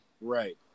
Right